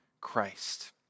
Christ